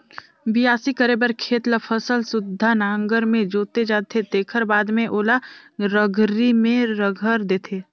बियासी करे बर खेत ल फसल सुद्धा नांगर में जोते जाथे तेखर बाद में ओला रघरी में रघर देथे